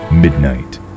Midnight